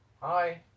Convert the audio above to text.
hi